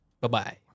bye-bye